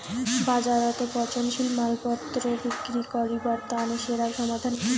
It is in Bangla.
বাজারত পচনশীল মালপত্তর বিক্রি করিবার তানে সেরা সমাধান কি?